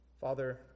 Father